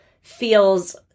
feels